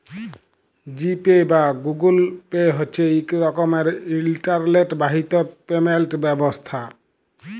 জি Pay বা Google Pay হছে ইক রকমের ইলটারলেট বাহিত পেমেল্ট ব্যবস্থা